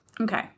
Okay